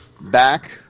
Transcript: back